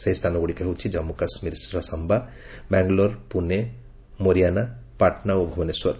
ସେହି ସ୍ଥାନଗୁଡ଼ିକ ହେଉଛି ଜାମ୍ମୁ କାଶ୍ମୀର ଶାମ୍ଘା ବାଙ୍ଗାଲୋର ପୁନେ ମୋରିୟାନ ପାଟନା ଓ ଭୁବନେଶ୍ୱର